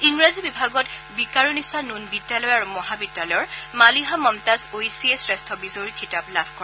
ইংৰাজী বিভাগত বিকাৰুনিচা নুন বিদ্যালয় আৰু মহাবিদ্যালয়ৰ মালিহা মমতাজ ঐচিয়ে শ্ৰেষ্ঠ বিজয়ীৰ খিতাপ লাভ কৰে